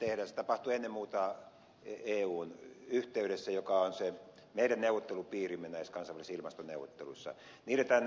se tapahtuu ennen muuta eun yhteydessä joka on se meidän neuvottelupiirimme näissä kansainvälisissä ilmastoneuvotteluissa